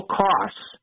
costs